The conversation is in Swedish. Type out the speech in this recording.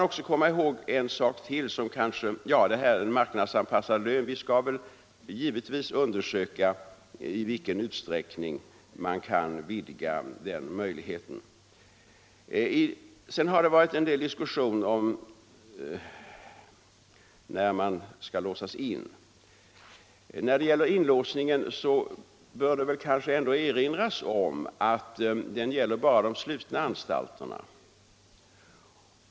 Beträffande marknadsanpassad lön skall vi givetvis undersöka i vilken utsträckning man kan vidga möjligheten att få sådan lön. Det har varit diskussion om när de intagna skall låsas in. I det sammanhanget bör det kanske ändå erinras om att inlåsningen bara gäller de slutna anstalterna.